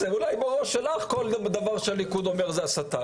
אולי בראש שלך כל דבר שהליכוד אומר זה הסתה,